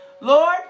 Lord